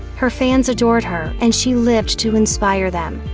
her fans adored her, and she lived to inspire them.